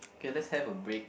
K let's have a break